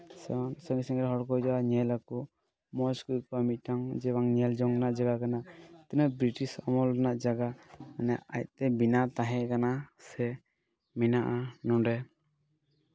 ᱥᱮ ᱥᱟᱺᱜᱤᱧ ᱥᱟᱺᱜᱤᱧ ᱨᱮᱱ ᱦᱚᱲ ᱠᱚ ᱦᱤᱡᱩᱜᱼᱟ ᱧᱮᱞᱟᱠᱚ ᱢᱚᱡᱽ ᱠᱚ ᱟᱹᱭᱠᱟᱹᱣᱟ ᱢᱤᱫᱴᱟᱝ ᱡᱮ ᱵᱟᱝ ᱧᱮᱞ ᱡᱚᱝ ᱨᱮᱭᱟᱜ ᱡᱟᱭᱜᱟ ᱠᱟᱱᱟ ᱛᱤᱱᱟᱹᱜ ᱵᱨᱤᱴᱤᱥ ᱟᱢᱚᱞ ᱨᱮᱱᱟᱜ ᱡᱟᱭᱜᱟ ᱢᱟᱱᱮ ᱟᱡᱽᱛᱮ ᱵᱮᱱᱟᱣ ᱛᱟᱦᱮᱸ ᱠᱟᱱᱟ ᱥᱮ ᱢᱮᱱᱟᱜᱼᱟ ᱱᱚᱰᱮ